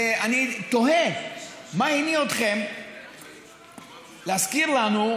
ואני תוהה מה הניע אתכם להזכיר לנו,